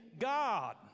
God